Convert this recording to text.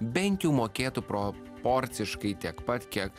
bent jau mokėtų proporciškai tiek pat kiek